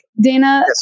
Dana